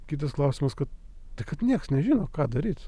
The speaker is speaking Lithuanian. kitas klausimas kad tai kad nieks nežino ką daryt